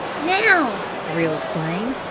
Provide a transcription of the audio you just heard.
now, thrilled flame,